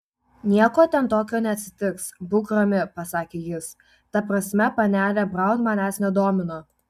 nieko ten tokio neatsitiks būk rami pasakė jis ta prasme panelė braun manęs nedomina